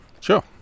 Sure